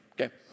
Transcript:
okay